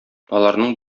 аларның